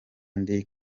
ndi